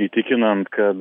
įtikinant kad